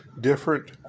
different